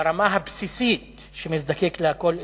לרמה הבסיסית שנזקק לה כל אזרח,